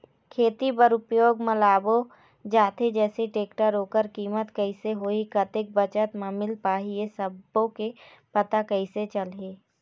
खेती बर उपयोग मा लाबो जाथे जैसे टेक्टर ओकर कीमत कैसे होही कतेक बचत मा मिल पाही ये सब्बो के पता कैसे चलही?